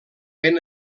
ben